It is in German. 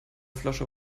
flasche